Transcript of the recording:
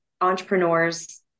entrepreneur's